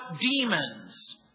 demons